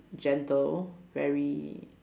gentle very